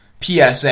PSA